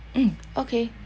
mm okay